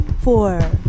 four